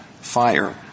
FIRE